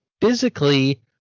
physically